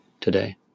today